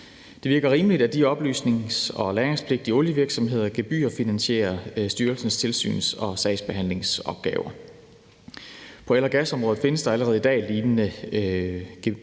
Det virker rimeligt, at de oplysnings- og lagringspligtige olievirksomheder gebyrfinansierer styrelsens tilsyns- og sagsbehandlingsopgaver. På el- og gasområdet findes der allerede i dag lignende